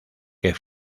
que